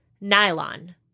nylon